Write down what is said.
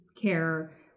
care